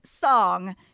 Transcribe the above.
song